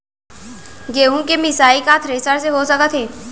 गेहूँ के मिसाई का थ्रेसर से हो सकत हे?